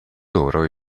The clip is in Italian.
loro